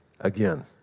again